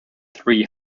three